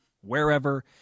wherever